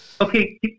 Okay